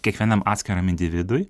kiekvienam atskiram individui